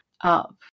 up